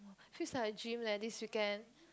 feels like a dream leh this weekend